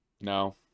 No